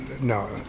no